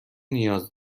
نیاز